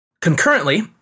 Concurrently